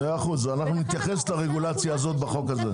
אנחנו נתייחס לרגולציה הזאת בחוק הזה.